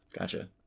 Gotcha